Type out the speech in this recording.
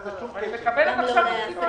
אבל היא מקבלת עכשיו תקציב מן המדינה.